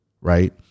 Right